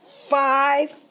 five